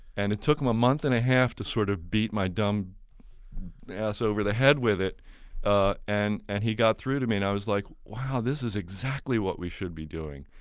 and it took him a month and a half to sort of beat my dumb ass over the head with it and and he got through to me and i was like, wow, this is exactly what we should be doing.